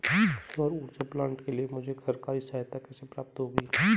सौर ऊर्जा प्लांट के लिए मुझे सरकारी सहायता कैसे प्राप्त होगी?